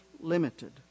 limited